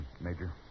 Major